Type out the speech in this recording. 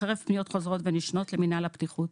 חרף פניות חוזרות ונשנות למינהל הבטיחות.